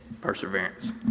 perseverance